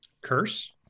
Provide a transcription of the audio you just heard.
Curse